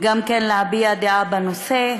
גם כן להביע דעה בנושא.